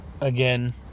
Again